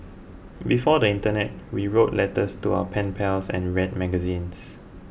before the internet we wrote letters to our pen pals and read magazines